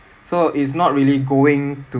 so is not really going to